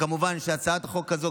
כמובן שהצעת החוק הזו,